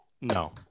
No